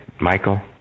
Michael